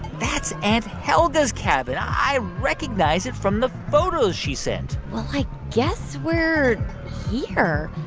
that's aunt helga's cabin. i recognize it from the photos she sent well, i guess we're here.